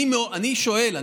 אני שואל,